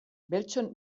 beltzon